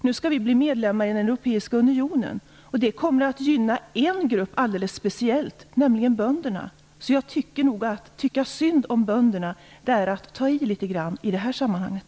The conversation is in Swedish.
Vi skall nu bli medlemmar i den europeiska unionen. Det kommer att gynna en grupp alldeles speciellt, nämligen bönderna. Jag tycker nog att i det här sammanhanget är det att ta i litet grand att tycka synd om bönderna.